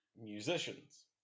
Musicians